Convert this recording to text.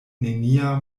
nenia